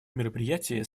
мероприятий